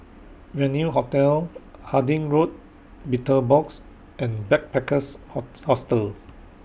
Venue Hotel Harding Road Betel Box and Backpackers Ho Hostel